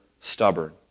stubborn